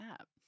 app